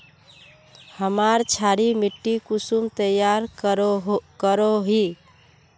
हमार क्षारी मिट्टी कुंसम तैयार करोही?